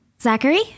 Zachary